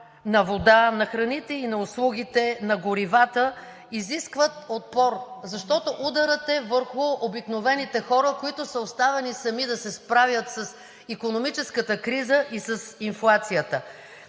на вода, на храните и на услугите, на горивата изискват отпор, защото ударът е върху обикновените хора, които са оставени сами да се справят с икономическата криза и с инфлацията.